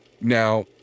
Now